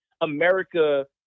America